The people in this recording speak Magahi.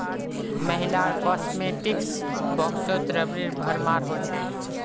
महिलार कॉस्मेटिक्स बॉक्सत रबरेर भरमार हो छेक